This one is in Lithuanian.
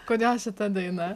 kodėl šita daina